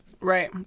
Right